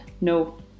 No